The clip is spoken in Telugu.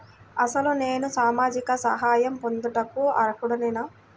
అసలు నేను సామాజిక సహాయం పొందుటకు అర్హుడనేన?